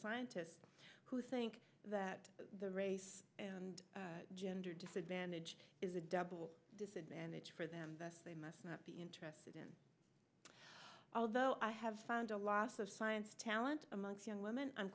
scientists who think that the race and gender disadvantage is a double disadvantage for them they must not be interested in although i have found a loss of science talent amongst young women i'm